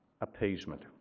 Appeasement